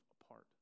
apart